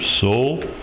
soul